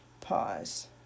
pause